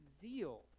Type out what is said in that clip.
zeal